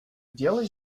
дело